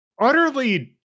utterly